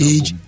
Age